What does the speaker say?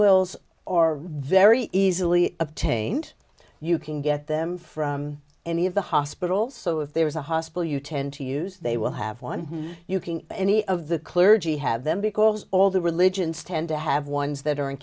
wills or very easily obtained you can get them from any of the hospitals so if there is a hospital you tend to use they will have one you can any of the clergy have them because all the religions tend to have ones that are in